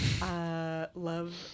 love